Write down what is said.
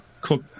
cook